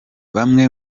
bamwe